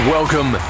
Welcome